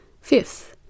Fifth